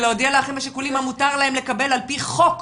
זה להודיע לאחים השכולים מה מותר להם לקבל על פי חוק.